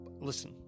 listen